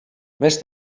més